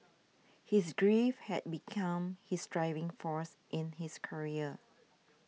his grief had become his driving force in his career